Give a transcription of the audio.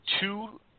two